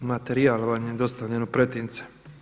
Materijal vam je dostavljen u pretince.